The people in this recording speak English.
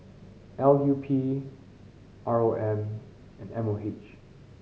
L U P R O M and M O H